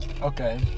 Okay